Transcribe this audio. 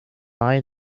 line